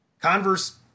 Converse